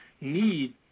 need